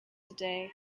today